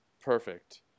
Perfect